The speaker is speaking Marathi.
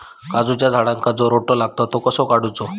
काजूच्या झाडांका जो रोटो लागता तो कसो काडुचो?